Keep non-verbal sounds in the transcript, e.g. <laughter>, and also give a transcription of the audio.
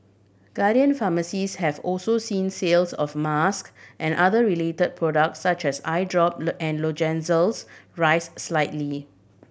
Guardian Pharmacies have also seen sales of mask and other relate products such as eye drop <unintelligible> and lozenges rise slightly